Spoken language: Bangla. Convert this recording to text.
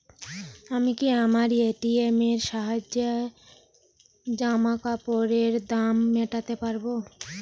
আমি কি আমার এ.টি.এম এর সাহায্যে জামাকাপরের দাম মেটাতে পারব?